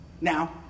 Now